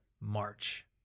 March